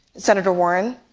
senator warren,